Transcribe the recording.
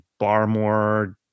Barmore